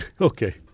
okay